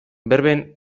berben